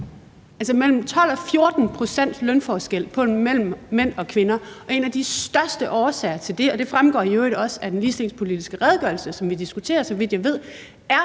mellem 12 og 14 pct.s lønforskel mellem mænd og kvinder, og en af de største årsager til det – det fremgår i øvrigt også af den ligestillingspolitiske redegørelse, som vi diskuterer, så vidt